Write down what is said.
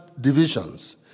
divisions